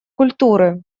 культуры